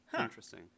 Interesting